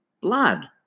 Blood